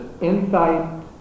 insight